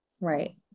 Right